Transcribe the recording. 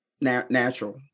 natural